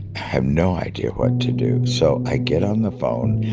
have no idea what to do. so i get on the phone.